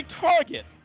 target